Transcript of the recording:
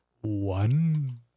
one